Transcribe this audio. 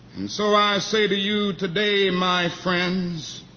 and so i say to you today, my friends,